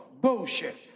bullshit